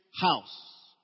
house